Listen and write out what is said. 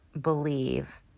believe